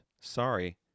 Sorry